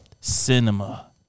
Cinema